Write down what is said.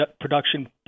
production